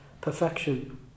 perfection